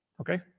okay